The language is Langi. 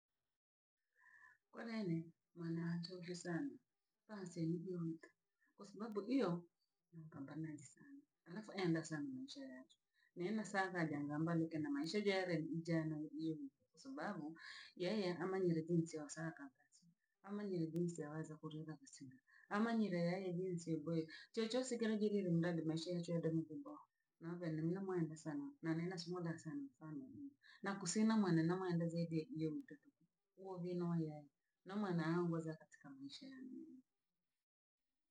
Kawa nini, mwana njuri sana, kwa sababu iyo nimpambanaji sana, alafu enda sana mesha yaachiwe, nii nasaaka na mpambanike na maisha ijere njee na nvaluke, kwasababu yeye amanyire jinsi yosaka bacchii. Amanyire jinsi yaweza kulila masina, amanyire yailusika chochosi kiri jilile maisha yaachwe yadome vyaboha. Na venye noomuhonde sana nalina simaga sana mfano nini, na kusinda maneno muhenda venye iyemututu, uovino iye, ndio maana aniongoza katika maisha yaane.